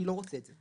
אני לא רוצה את זה.